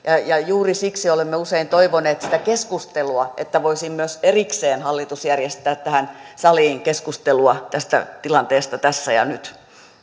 juuri siksi olemme usein toivoneet sitä keskustelua niin että hallitus voisi myös erikseen järjestää tähän saliin keskustelua tästä tilanteesta tässä ja nyt